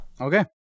Okay